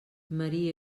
maria